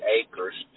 acres